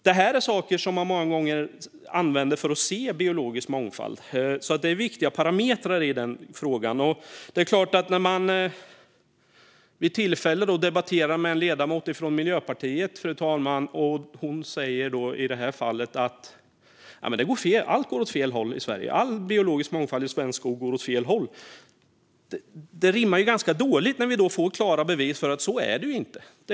Det här är saker som man många gånger använder för att se biologisk mångfald, så det är viktiga parametrar i den frågan. Jag debatterade vid ett tillfälle med en ledamot från Miljöpartiet, fru talman, och hon sa att allt går åt fel håll i Sverige. All biologisk mångfald i svensk skog går åt fel håll. Det rimmar ganska illa med de klara bevis vi får för att det inte är så.